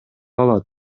алат